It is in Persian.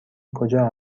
کجا